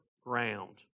ground